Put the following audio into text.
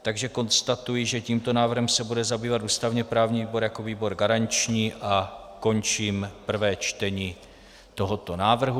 Takže konstatuji, že tímto návrhem se bude zabývat ústavněprávní výbor jako výbor garanční, a končím prvé čtení tohoto návrhu.